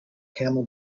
camel